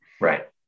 right